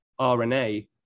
RNA